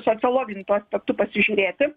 sociologiniu tuo aspektu pasižiūrėti